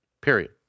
period